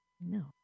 No